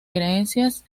creencias